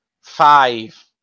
five